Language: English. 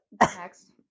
Next